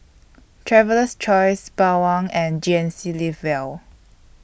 Traveler's Choice Bawang and G N C Live Well